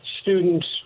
students